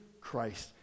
Christ